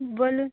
বলুন